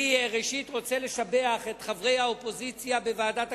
ראשית אני רוצה לשבח את חברי האופוזיציה בוועדת הכספים,